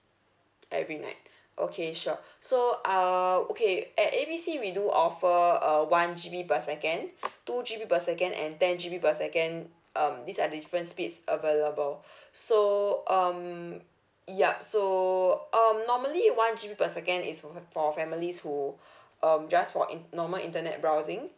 every night okay sure so uh okay at A B C we do offer a one G_B per second two G_B per second and ten G_B per second um these are the different speeds available so um yup so uh normally one G_B per second is for families who um just for in~ normal internet browsing